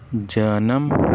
ਜਨਮ